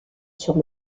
sur